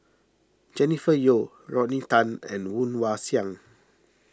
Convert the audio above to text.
Jennifer Yeo Rodney Tan and Woon Wah Siang